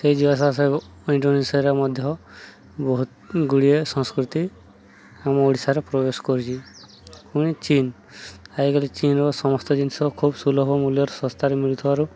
ସେଇ ଯିବା ଇଣ୍ଡୋନେସିଆରେ ମଧ୍ୟ ବହୁତ ଗୁଡ଼ିଏ ସଂସ୍କୃତି ଆମ ଓଡ଼ିଶାରେ ପ୍ରବେଶ କରିୁଛି ପୁଣି ଚୀନ୍ ଆଜିକାଲି ଚୀନ୍ର ସମସ୍ତ ଜିନିଷ ଖୁବ୍ ସୁଲଭ ମୂଲ୍ୟର ଶସ୍ତାରେ ମିଳୁଥିବ